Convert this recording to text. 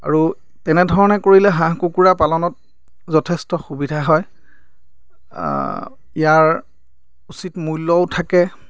আৰু তেনেধৰণে কৰিলে হাঁহ কুকুৰা পালনত যথেষ্ট সুবিধা হয় ইয়াৰ উচিত মূল্যও থাকে